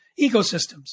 ecosystems